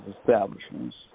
establishments